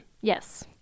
Yes